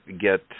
get